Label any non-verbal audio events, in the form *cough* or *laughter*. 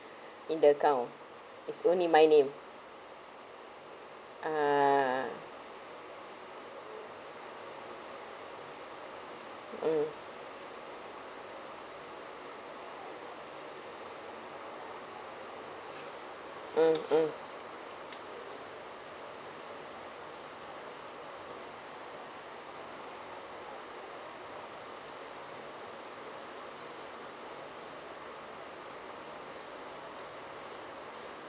*breath* in the account it's only my name ah mm mm mm